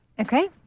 Okay